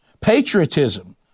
Patriotism